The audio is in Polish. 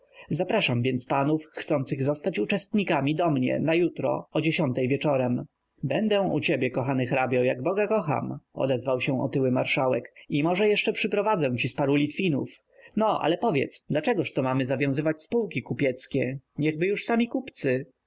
zapraszam więc panów chcących zostać uczestnikami do mnie na jutro o dziewiątej wieczorem będę u ciebie kochany hrabio jak boga kocham odezwał się otyły marszałek i może jeszcze przyprowadzę ci z paru litwinów no ale powiedz dlaczegóż to my mamy zawiązywać spółki kupieckie niechby już sami kupcy